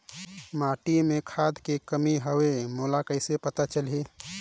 माटी मे कौन खाद के कमी हवे मोला कइसे पता चलही?